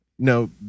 No